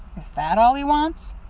is that all he wants?